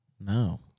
No